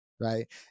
right